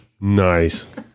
Nice